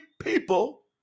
people